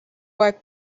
aeg